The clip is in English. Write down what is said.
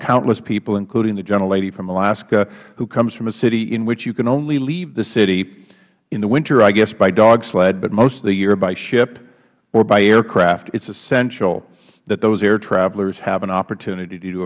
countless people including the gentlelady from alaska who comes from a city in which you can only leave the city in the winter i guess by dogsled but most of the year by ship or by aircraft it is essential that those air travelers have an opportunity to